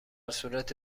صورت